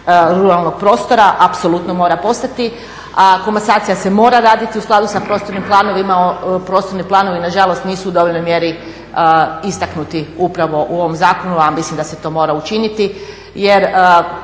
ruralnog prostora, apsolutno mora postati a komasacija se mora raditi u skladu sa prostornim planovima. Prostorni planovi nažalost nisu u dovoljnoj mjeri istaknuti upravo u ovom zakonu a mislim da se to mora učiniti jer